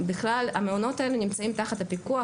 המעונות האלה נמצאים תחת הפיקוח,